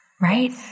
right